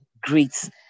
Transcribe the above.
great